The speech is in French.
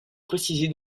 préciser